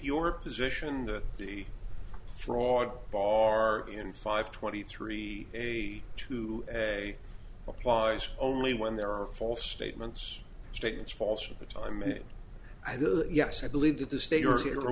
your position that the fraud bar in five twenty three a two a applies only when there are false statements statements false or that i mean yes i believe that the state